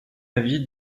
avis